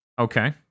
Okay